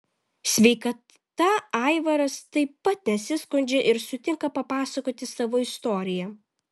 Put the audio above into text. sveikata aivaras taip pat nesiskundžia ir sutinka papasakoti savo istoriją